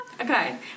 Okay